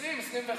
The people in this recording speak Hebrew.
2020,